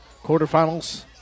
quarterfinals